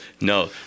no